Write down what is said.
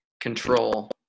control